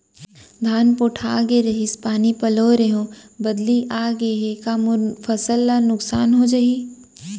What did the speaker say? धान पोठागे रहीस, पानी पलोय रहेंव, बदली आप गे हे, का मोर फसल ल नुकसान हो जाही?